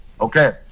Okay